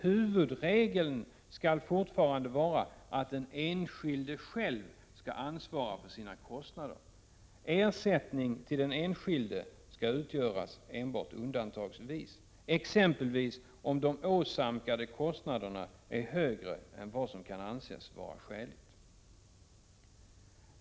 — huvudregeln skall fortfarande vara att den enskilde själv skall ansvara för sina kostnader. Ersättning till den enskilde skall utges endast undantagsvis, exempelvis om de åsamkade kostnaderna är högre än vad som kan anses skäligt.